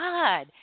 God